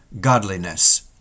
godliness